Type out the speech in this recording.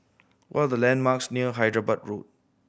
what are the landmarks near Hyderabad Road